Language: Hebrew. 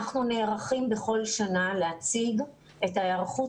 אנחנו נערכים בכל שנה להציג את ההערכות